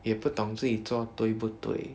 也不懂自己做对不对